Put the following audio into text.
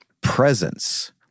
presence